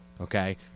Okay